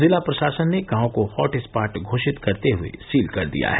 जिला प्रशासन ने गांव को हॉटसॉट घोषित करते हुए सील कर दिया है